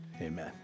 Amen